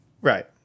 Right